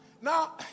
Now